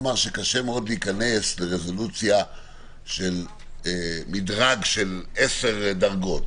נאמר שקשה מאוד להיכנס לרזולוציה של מדרג של 10 דרגות,